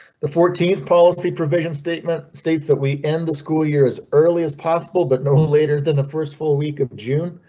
the fourteenth policy provision statement states that we end the school year as early as possible, but no later than the first full week of june,